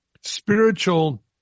spiritual